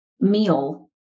meal